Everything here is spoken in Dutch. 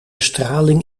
straling